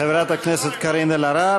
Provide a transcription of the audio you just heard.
חברת הכנסת קארין אלהרר,